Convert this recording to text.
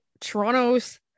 Toronto's